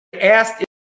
asked